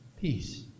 peace